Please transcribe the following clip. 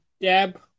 Deb